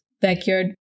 backyard